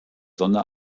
sonne